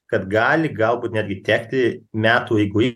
kad gali galbūt netgi tekti metų eigoj